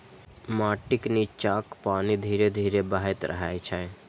माटिक निच्चाक पानि धीरे धीरे बहैत रहै छै